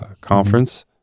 conference